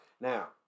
Now